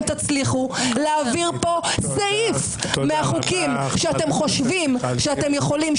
תצליחו להעביר פה סעיף מהחוקים שאתם חושבים שאתם יכולים,